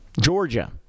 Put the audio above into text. georgia